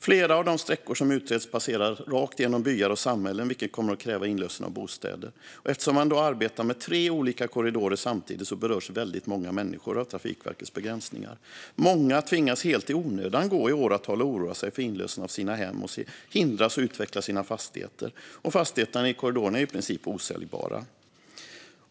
Flera av de sträckor som utreds passerar rakt igenom byar och samhällen, vilket kommer att kräva inlösen av bostäder. Eftersom man arbetar med tre olika korridorer samtidigt berörs väldigt många människor av Trafikverkets begränsningar. Många tvingas helt i onödan gå i åratal och oroa sig för inlösning av sina hem och hindras från att utveckla sina fastigheter. Fastigheterna i korridorerna är också i princip osäljbara.